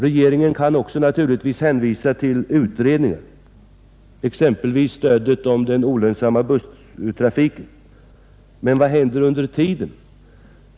Regeringen kan självfallet också hänvisa till utredningar, exempelvis utredningen om stöd till den olönsamma busstrafiken, men vad händer under tiden?